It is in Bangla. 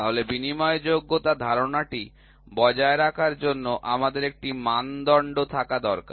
তাহলে বিনিময়যোগ্যতা ধারণাটি বজায় রাখার জন্য আমাদের একটি মানদণ্ড থাকা দরকার